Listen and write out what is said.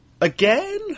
Again